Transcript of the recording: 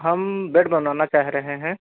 हम बेड बनाना चाह रहे हैं